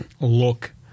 look